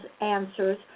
answers